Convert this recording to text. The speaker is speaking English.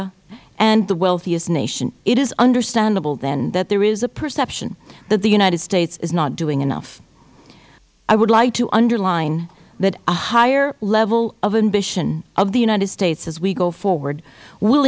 r and the wealthiest nation it is understandable then that there is a perception that the united states is not doing enough i would like to underline that a higher level of ambition of the united states as we go forward will